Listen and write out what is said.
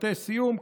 משפטי סיום.